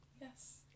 Yes